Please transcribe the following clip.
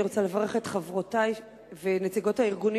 אני רוצה לברך את חברותי ונציגות הארגונים